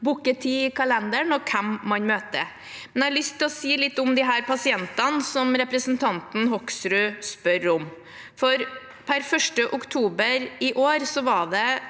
booke tid i kalenderen, og hvem man møter. Jeg har lyst å si litt om de pasientene som representanten Hoksrud spør om. Per 1. oktober i år var det